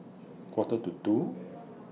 Quarter to two